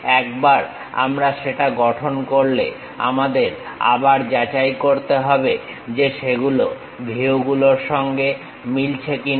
একবার আমরা সেটা গঠন করলে আমাদের আবার যাচাই করতে হবে যে সেগুলো ভিউগুলোর সঙ্গে মিলছে কিনা